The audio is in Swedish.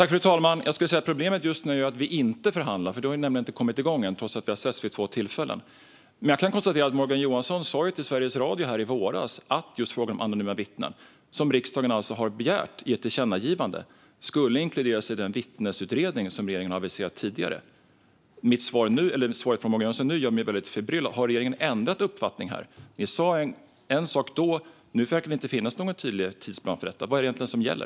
Fru talman! Jag skulle säga att problemet just nu är att vi inte förhandlar. Förhandlingarna har nämligen inte kommit igång ännu, trots att vi har setts vid två tillfällen. Jag kan konstatera att Morgan Johansson sa till Sveriges Radio i våras att just frågan om anonyma vittnen, som riksdagen alltså i ett tillkännagivande har begärt behandling av, skulle inkluderas i den vittnesutredning som regeringen har aviserat tidigare. Svaret från Morgan Johansson nu gör mig förbryllad. Har regeringen ändrat uppfattning? Ni sa en sak då, men nu verkar det inte finnas något tydligt tidsspann för detta. Vad är det egentligen som gäller?